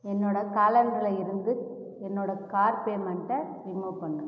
என்னோட காலெண்டரில் இருந்து என்னோட கார் பேமெண்ட்டை ரிமூவ் பண்ணு